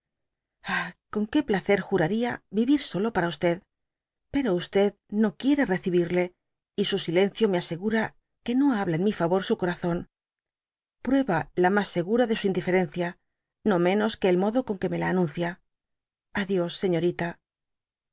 con que placer juraría yivir solo para i pero no quiere recibirle y su silencio me asegura que no habla en mi favor su corazón prueba la mas segura de su indiferencia no m ios qte el modo con que me la anuncia a dios señorita